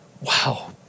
Wow